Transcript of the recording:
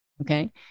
okay